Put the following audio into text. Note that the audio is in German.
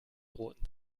roten